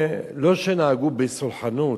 לא שנהגו בסלחנות,